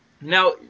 Now